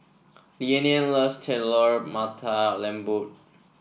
Leann loves Telur Mata Lembu